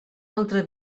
altre